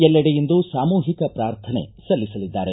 ಎಲ್ಲೆಡೆ ಇಂದು ಸಾಮೂಹಿಕ ಪ್ರಾರ್ಥನೆ ಸಲ್ಲಿಸಲಿದ್ದಾರೆ